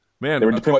Man